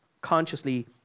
consciously